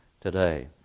today